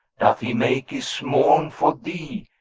doth he make his mourn for thee,